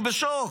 אני בשוק.